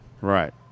Right